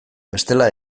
bestela